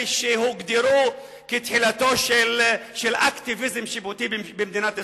שהוגדרו כתחילתו של אקטיביזם שיפוטי במדינת ישראל,